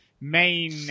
main